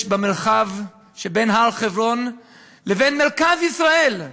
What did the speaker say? יש במרחב שבין הר-חברון לבין מרכז ישראל,